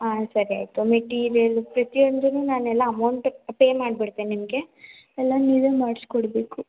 ಆಂ ಸರಿ ಆಯಿತು ಮೆಟೀರಿಯಲ್ ಪ್ರತಿಯೊಂದು ನಾನೆಲ್ಲ ಅಮೌಂಟ್ ಪೇ ಮಾಡ್ಬಿಡ್ತೇನೆ ನಿಮಗೆ ಎಲ್ಲ ನೀವೇ ಮಾಡ್ಸಿಕೊಡ್ಬೇಕು